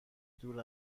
دور